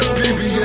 baby